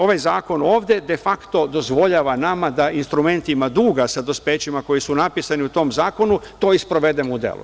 Ovaj zakon ovde, defakto, dozvoljava nama da instrumentima duga sa dospećima koji su napisani u tom zakonu to i sprovedemo u delo.